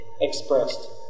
expressed